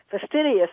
fastidious